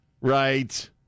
Right